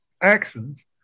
actions